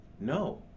no